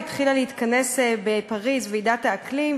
התחילה להתכנס בפריז ועידת האקלים,